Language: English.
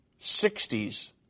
60s